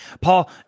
Paul